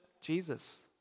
Jesus